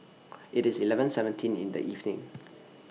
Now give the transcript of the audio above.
IT IS eleven seventeen in The evening